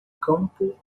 campo